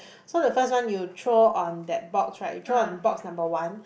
so the first one you throw on that box right you throw on box number one